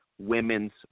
Women's